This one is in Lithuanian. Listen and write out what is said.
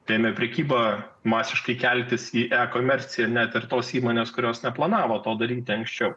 telia prekybą masiškai keltis į e komerciją net ir tos įmonės kurios neplanavo to daryti anksčiau